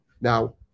Now